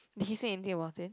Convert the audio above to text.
did he say anything about it